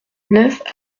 neuf